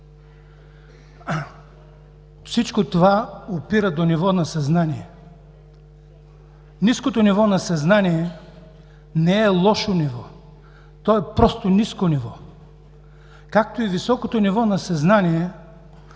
Всичко това опира до ниво на съзнание. Ниското ниво на съзнание не е лошо ниво, то е просто ниско ниво. Както и високото ниво на съзнание